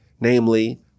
Namely